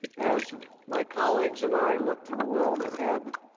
as my colleagues and i look to the world ahead,